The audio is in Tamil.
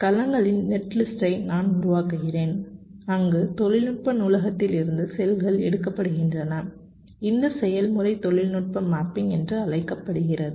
கலங்களின் நெட்லிஸ்ட்டை நான் உருவாக்குகிறேன் அங்கு தொழில்நுட்ப நூலகத்திலிருந்து செல்கள் எடுக்கப்படுகின்றன இந்த செயல்முறை தொழில்நுட்ப மேப்பிங் என்று அழைக்கப்படுகிறது